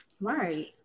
Right